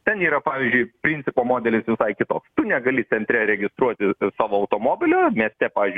ten yra pavyzdžiui principo modelis visai kitoks tu negali centre registruoti savo automobilio mieste pavyzdžiui